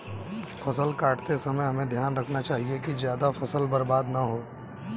फसल काटते समय हमें ध्यान रखना चाहिए कि ज्यादा फसल बर्बाद न हो